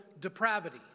depravity